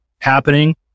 happening